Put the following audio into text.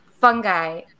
fungi